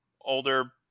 older